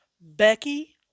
Becky